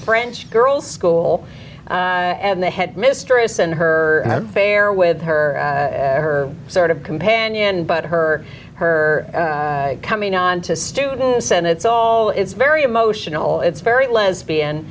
french girl's school and the headmistress and her fair with her her sort of companion but her her coming on to students and it's all it's very emotional it's very lesbian